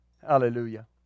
hallelujah